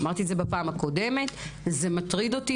אמרתי את זה בפעם הקודמת, וזה מטריד אותי.